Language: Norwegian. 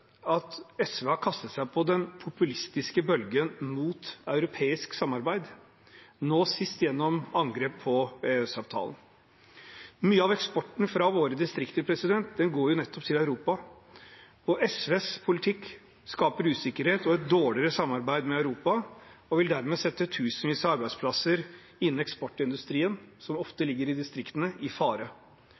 at SV har kastet seg på den populistiske bølgen mot europeisk samarbeid, nå sist gjennom angrep på EØS-avtalen. Mye av eksporten fra våre distrikter går nettopp til Europa, og SVs politikk skaper usikkerhet og et dårligere samarbeid med Europa, og vil dermed sette tusenvis av arbeidsplasser innen eksportindustrien, som ofte ligger i distriktene, i fare.